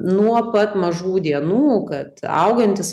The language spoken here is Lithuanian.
nuo pat mažų dienų kad augantys